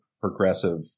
progressive